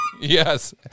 Yes